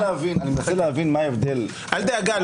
אל דאגה,